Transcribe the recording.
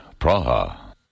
Praha